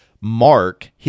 mark